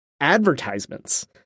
advertisements